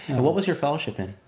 and what was your fellowship in?